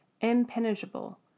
impenetrable